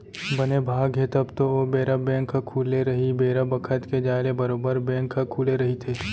बने भाग हे तब तो ओ बेरा बेंक ह खुले रही बेरा बखत के जाय ले बरोबर बेंक ह खुले रहिथे